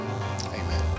amen